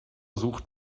sucht